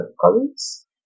colleagues